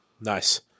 Nice